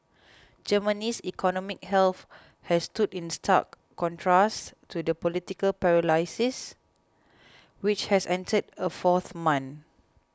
Germany's economic health has stood in stark contrast to the political paralysis which has entered a fourth month